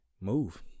move